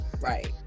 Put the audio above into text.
Right